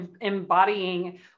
embodying